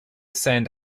send